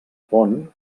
pont